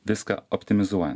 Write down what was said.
viską optimizuojant